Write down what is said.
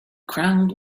ground